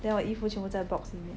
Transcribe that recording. then 我衣服全部在 box 里面